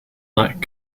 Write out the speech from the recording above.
black